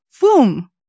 boom